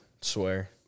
Swear